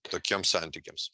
tokiems santykiams